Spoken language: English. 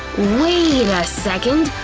wait a second,